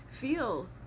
feel